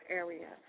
area